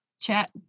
chat